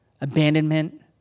abandonment